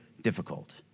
difficult